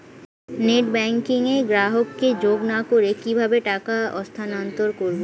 Net banking এ গ্রাহককে যোগ না করে কিভাবে টাকা স্থানান্তর করব?